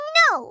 no